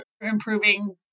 improving